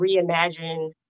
reimagine